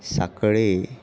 साकळी